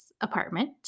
apartment